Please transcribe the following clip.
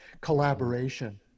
collaboration